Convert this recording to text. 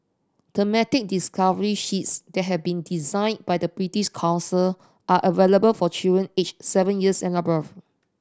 thematic discovery sheets that have been designed by the British Council are available for children aged seven years and above